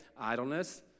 Idleness